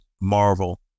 Marvel